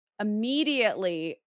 Immediately